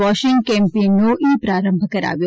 washing કેમ્પેઇનનો ઇ પ્રારંભ કરાવ્યો